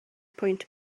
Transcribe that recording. pwynt